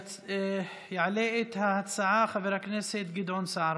מס' 2099. יעלה את ההצעה חבר הכנסת גדעון סער.